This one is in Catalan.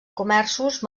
comerços